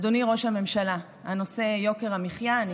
אדוני ראש הממשלה, הנושא הוא יוקר המחיה.